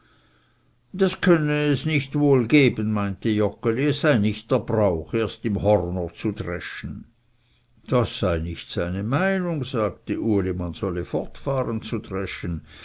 das könne es nicht wohl geben meinte joggeli es sei nicht der brauch erst im horner zu dreschen das sei nicht seine meinung sagte uli man solle fortfahren zu dreschen